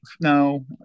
No